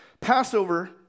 Passover